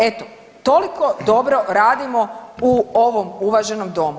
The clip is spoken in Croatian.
Eto, toliko dobro radimo u ovom uvaženom domu.